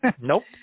Nope